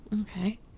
Okay